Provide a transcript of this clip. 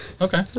okay